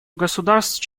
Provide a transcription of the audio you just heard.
государств